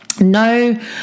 No